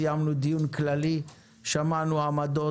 סיימנו דיון כללי ושמענו עמדות.